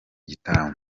gitaramo